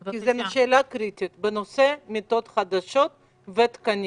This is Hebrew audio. כי זו שאלה קריטית בנושא מיטות חדשות ותקנים.